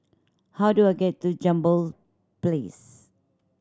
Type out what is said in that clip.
how do I get to Jambol Place